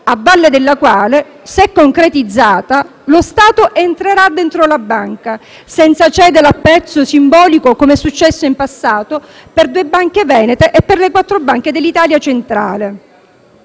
a valle della quale, se concretizzata, lo Stato entrerà dentro la banca, senza cederla a prezzo simbolico come è successo in passato per due banche venete e per le quattro banche dell'Italia centrale.